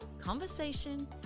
conversation